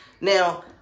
Now